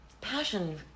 passion